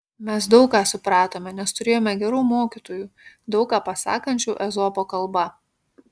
mes daug ką supratome nes turėjome gerų mokytojų daug ką pasakančių ezopo kalba